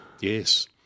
Yes